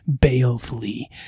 balefully